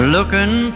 Looking